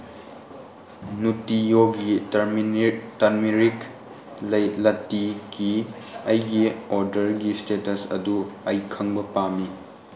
ꯅꯨꯠꯇꯤ ꯌꯣꯒꯤ ꯇꯔꯃꯤꯔꯤꯛ ꯂꯠꯇꯤꯒꯤ ꯑꯩꯒꯤ ꯑꯣꯔꯗꯔꯒꯤ ꯏꯁꯇꯦꯇꯁ ꯑꯗꯨ ꯑꯩ ꯈꯪꯕ ꯄꯥꯝꯃꯤ